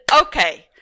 Okay